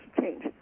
change